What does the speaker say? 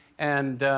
and